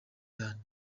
cyane